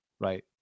right